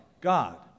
God